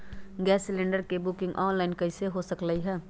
Gas cylinder के booking online कईसे हो सकलई ह?